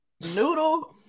Noodle